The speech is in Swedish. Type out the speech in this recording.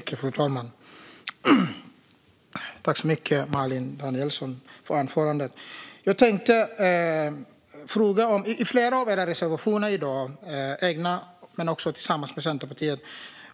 Fru talman! Tack, Malin Danielsson, för anförandet! I flera av era reservationer, både i era egna men också dem som ni har tillsammans med Centerpartiet,